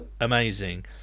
amazing